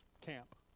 camp